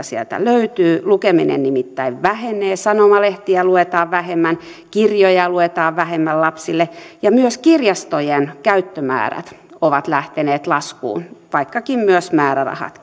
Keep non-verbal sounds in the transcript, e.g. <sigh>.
<unintelligible> sieltä löytyy lukeminen vähenee sanomalehtiä luetaan vähemmän kirjoja luetaan vähemmän lapsille ja myös kirjastojen käyttömäärät ovat lähteneet laskuun vaikkakin myös määrärahat <unintelligible>